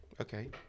Okay